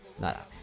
nada